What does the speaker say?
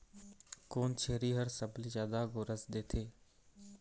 कोन छेरी हर सबले जादा गोरस देथे?